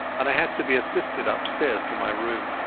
and i had to be assisted upstairs to my room.